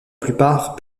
plupart